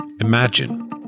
Imagine